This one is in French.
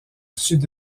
sud